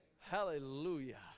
Hallelujah